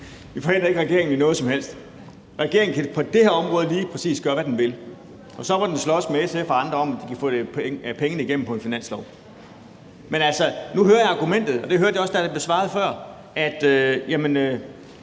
Vi forhindrer ikke regeringen i noget som helst. Regeringen kan på det her område gøre lige præcis, hvad den vil. Og så må den slås med SF og andre om at få pengene igennem på en finanslov. Men altså, nu hører jeg argumentet – og det hørte jeg også, da der blev svaret før – at når